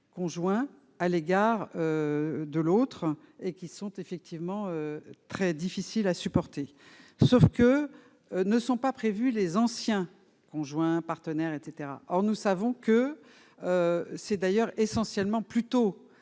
conjoint à l'égard. De l'autre et qui sont effectivement très difficile à supporter, sauf que ne sont pas prévues, les anciens conjoints partenaires etc, or nous savons que c'est d'ailleurs essentiellement plutôt